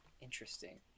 Interesting